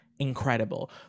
incredible